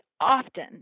often